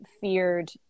feared